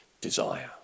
desire